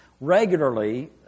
regularly